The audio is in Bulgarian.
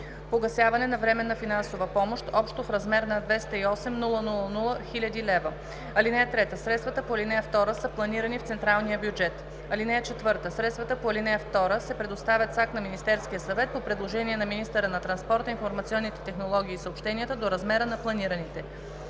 погасяване на временна финансова помощ общо в размер на 208 000,0 хил. лв. (3) Средствата по алинея 2 са планирани в централния бюджет. (4) Средствата по алинея 2 се предоставят с акт на Министерския съвет по предложение на министъра на транспорта, информационните технологии и съобщенията до размера на планираните.“